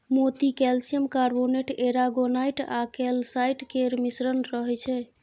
मोती calcium carbonate, aragonite आ calcite केर मिश्रण रहय छै